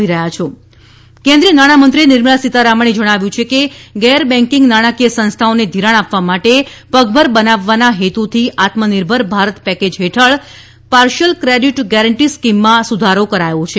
નાણામંત્રી પીસીજી યોજના કેન્દ્રીય નાણામંત્રી નિર્મલા સીતારમણે જણાવ્યું છે કે ગેર બેકિંગ નાણાકીય સંસ્થાઓને ઘિરાણ આપવા માટે પગભર બનાવવાના હેતુથી આત્મનિર્ભર ભારત પેકેજ હેઠળ પાર્શિયલ ક્રેડિટ ગેરંટી સ્કીમમાં સુધારો કરાયો છે